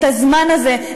את הזמן הזה,